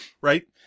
right